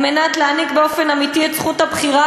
על מנת להעניק באופן אמיתי את זכות הבחירה